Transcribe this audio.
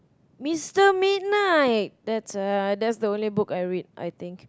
Mister Midnight that's uh that's the only book I read I think